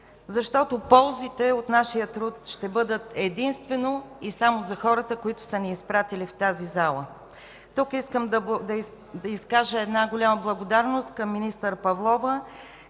защото ползите от нашия труд ще бъдат единствено и само за хората, които са ни изпратили в тази зала. Тук искам да изкажа голяма благодарност към министър Павлова,